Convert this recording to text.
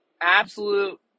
absolute